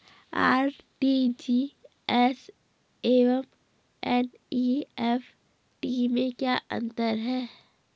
RTGS एवं NEFT में क्या अंतर है?